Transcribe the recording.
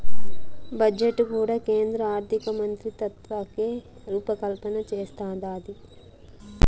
budget కూడా కేంద్ర ఆర్థికమంత్రిత్వకాకే రూపకల్పన చేస్తందాది